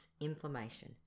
inflammation